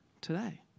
today